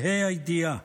בה"א הידיעה,